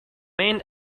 main